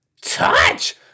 Touch